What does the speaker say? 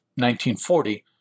1940